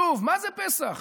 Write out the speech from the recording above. שוב, מה זה פסח?